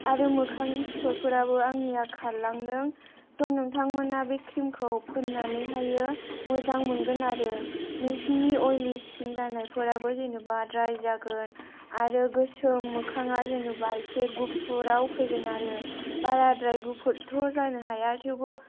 आरो मोखांनि सिथरफोराबो आंनिया खारलांदों स' नोंथांमोना बे ख्रिमखौ फुननानैहायो मोजां मोनगोन आरो नोंसिनि अयलि स्किन जानायफोराबो जेन'बा द्राय जागोन आरो गोसोम मोखाङा जेन'बा एसे गुफुराव फैगोनआरो बाराद्राय गुफुदथ' जानो हाया थेवबो